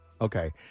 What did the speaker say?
Okay